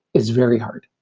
is very hard.